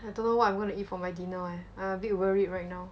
I don't know what I'm going to eat for my dinner leh I a bit worried right now